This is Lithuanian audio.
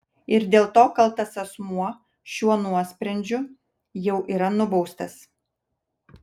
ir dėl to kaltas asmuo šiuo nuosprendžiu jau yra nubaustas